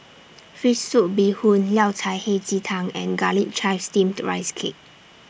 Fish Soup Bee Hoon Yao Cai Hei Ji Tang and Garlic Chives Steamed Rice Cake